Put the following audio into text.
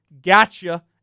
gotcha